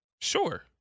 Sure